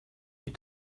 die